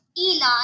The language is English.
Eli